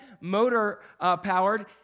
motor-powered